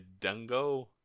dungo